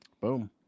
Boom